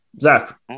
Zach